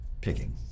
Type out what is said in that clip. picking